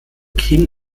king